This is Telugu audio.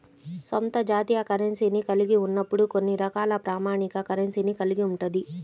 స్వంత జాతీయ కరెన్సీని కలిగి ఉన్నప్పుడు కొన్ని రకాల ప్రామాణిక కరెన్సీని కలిగి ఉంటది